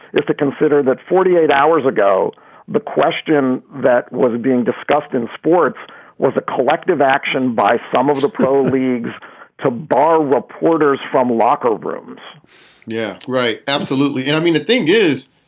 if they consider that forty eight hours ago the question that wasn't being discussed in sports was a collective action by some of the pro leagues to bar reporters from locker rooms yeah, right. absolutely. i mean, the thing is,